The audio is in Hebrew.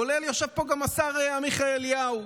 כולל השר עמיחי אליהו,